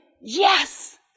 Yes